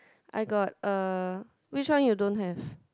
I got a which one you don't have